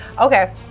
Okay